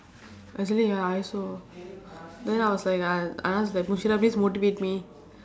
actually ya I also then I was like !hais! anand like please motivate me